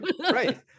right